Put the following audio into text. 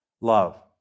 love